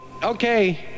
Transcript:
Okay